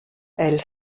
elle